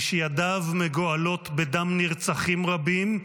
מי שידיו מגואלות בדם נרצחים רבים,